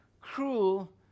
cruel